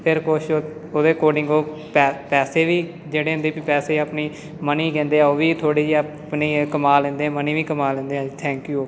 ਫਿਰ ਕੁਛ ਉਹਦੇ ਕੋਡਿੰਗ ਉਹ ਪੈ ਪੈਸੇ ਵੀ ਜਿਹੜੇ ਹੁੰਦੇ ਵੀ ਪੈਸੇ ਆਪਣੀ ਮਨੀ ਕਹਿੰਦੇ ਆ ਉਹ ਵੀ ਥੋੜੀ ਜਿਹੀ ਆਪਣੀ ਕਮਾ ਲੈਂਦੇ ਮਨੀ ਵੀ ਕਮਾ ਲੈਂਦੇ ਥੈਂਕ ਯੂ